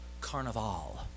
Carnival